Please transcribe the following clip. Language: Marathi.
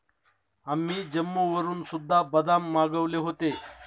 आम्ही जम्मूवरून सुद्धा बदाम मागवले होते